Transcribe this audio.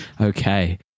Okay